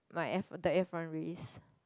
my F the F one race